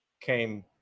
came